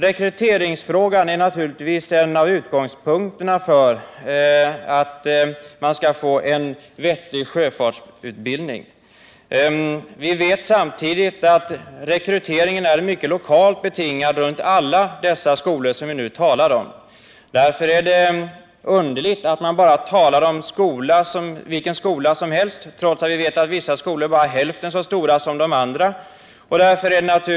Rekryteringsfrågan är naturligtvis en av utgångspunkterna för att vi skall få en vettig sjöfartsutbildning. Vi vet samtidigt att rekryteringen är mycket lokalt betingad runt alla de skolor vi nu talar om. Därför är det underligt att man bara talar om dessa skolor som om vilka skolor som helst , trots att vi vet att vissa av dem bara är hälften så stora som andra.